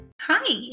Hi